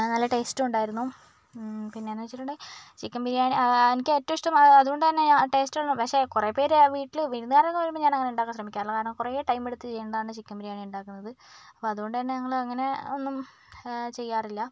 നല്ല ടേസ്റ്റുണ്ടായിരുന്നു പിന്നേന്ന് വെച്ചിട്ടുണ്ടെങ്കിൽ ചിക്കൻ ബിരിയാണി എനിക്കേറ്റവും ഇഷ്ടം അത്കൊണ്ട് തന്നെ ടേസ്റ്റ് പക്ഷെ കുറെ പേര് വീട്ടില് വിരുന്നുകാരൊക്കെ വരുമ്പോൾ ഞാനത് ഉണ്ടാക്കാൻ ശ്രമിക്കാറില്ല കാരണം കുറെ ടൈമെടുത്ത് ചെയ്യേണ്ടതാണ് ചിക്കൻ ബിരിയാണി ഉണ്ടാക്കുന്നത് അപ്പോൾ അതുകൊണ്ട് തന്നെ ഞങ്ങൾ അങ്ങനെ അതൊന്നും ചെയ്യാറില്ല